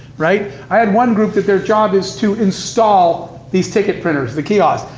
right? i had one group that their job is to install these ticket printers the kiosks.